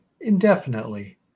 Indefinitely